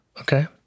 okay